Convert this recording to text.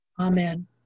Amen